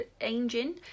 engine